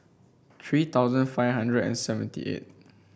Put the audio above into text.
three thousand five hundred and seventy eight